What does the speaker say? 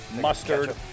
mustard